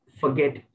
forget